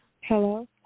Hello